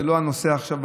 זה לא הנושא עכשיו,